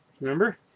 remember